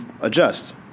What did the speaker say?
adjust